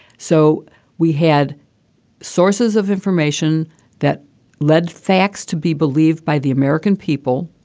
so we had sources of information that led facts to be believed by the american people.